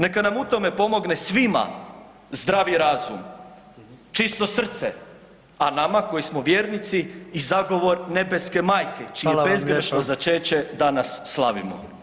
Neka nam u tome pomogne svima zdravi razum, čisto srce a nama koji smo vjernici i zagovor nebeske majke čije bezgrešno začeće danas slavimo.